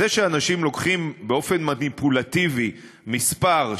זה שאנשים לוקחים באופן מניפולטיבי מספר,